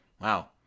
Wow